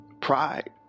pride